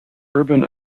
urban